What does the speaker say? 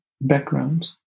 background